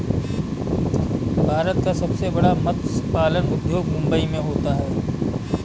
भारत का सबसे बड़ा मत्स्य पालन उद्योग मुंबई मैं होता है